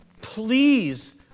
please